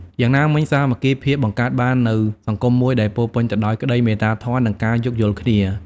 យ៉ាងណាមិញ សាមគ្គីភាពបង្កើតបាននូវសង្គមមួយដែលពោរពេញទៅដោយក្តីមេត្តាធម៌ និងការយោគយល់គ្នា។